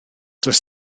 does